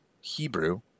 Hebrew